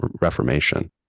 reformation